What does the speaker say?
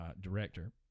director